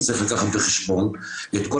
תוקעים אותו לאורך כל